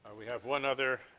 we have one other,